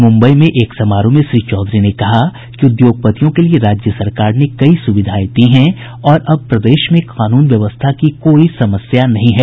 मुम्बई में एक समारोह में श्री चौधरी ने कहा कि उद्योगपतियों के लिए राज्य सरकार ने कई सुविधाएं दी हैं और अब प्रदेश में कानून व्यवस्था की भी कोई समस्या नहीं है